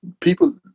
People